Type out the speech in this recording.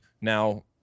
now